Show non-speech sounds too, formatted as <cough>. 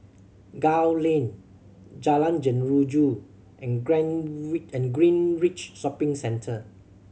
Gul Lane Jalan Jeruju and <unintelligible> Greenridge Shopping Centre